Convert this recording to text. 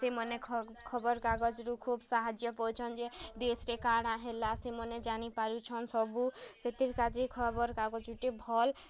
ସେମାନେ ଖବର୍ କାଗଜ୍ ରୁ ଖୁବ୍ ସାହାଯ୍ୟ ପାଉଛନ୍ ଯେ ଦେଶ୍ ରେ କା'ଣା ହେଲା ସେମାନେ ଜାଣିପାରୁଛନ୍ ସବୁ ସେଥିର୍ କା'ଯେ ଖବର୍ କାଗଜ୍ ଗୁଟେ ଭଲ୍